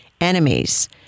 enemies